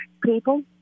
people